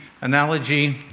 analogy